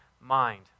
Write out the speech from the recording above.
mind